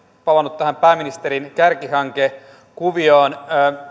palannut tähän pääministerin kärkihankekuvioon